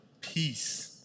peace